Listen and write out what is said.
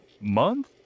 month